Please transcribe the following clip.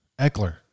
Eckler